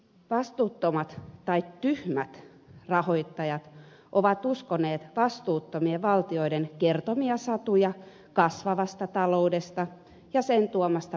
vastuuttomat tai tyhmät rahoittajat ovat uskoneet vastuuttomien valtioiden kertomia satuja kasvavasta taloudesta ja sen tuomasta pelastuksesta